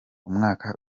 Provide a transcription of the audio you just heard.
umwaka